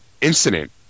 incident